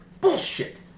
Bullshit